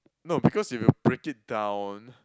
no because if you break it down